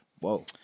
Whoa